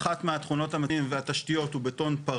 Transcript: אחת מהן, יודע לכרסם בטון.